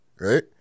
right